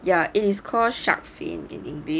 ya it is called shark fin in english